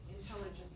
intelligence